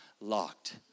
locked